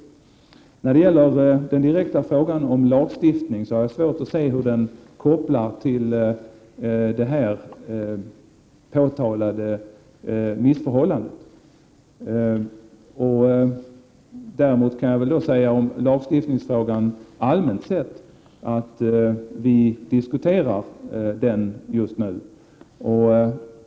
Jag har svårt att se hur den direkta frågan om lagstiftning kan kopplas till det påtalade missförhållandet. Däremot kan jag om lagstiftningsfrågan allmänt sett säga att vi diskuterar den just nu.